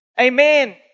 Amen